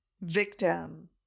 victim